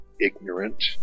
ignorant